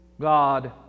God